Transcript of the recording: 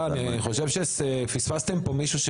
סליחה, אני חושב שפספסתם פה מישהו.